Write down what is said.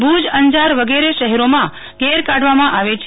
ભુજઅંજાર વગેરે શહેરોમાં ગેરકાઢવામાં આવે છે